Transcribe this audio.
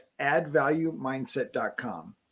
addvaluemindset.com